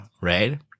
right